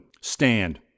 stand